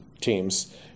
teams